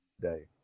day